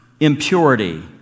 impurity